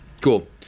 cool